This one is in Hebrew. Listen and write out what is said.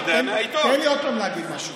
תן לי עוד פעם להגיד משהו.